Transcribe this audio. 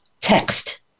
text